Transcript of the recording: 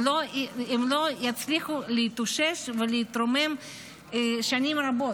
הם לא יצליחו ולהתאושש ולהתרומם שנים רבות,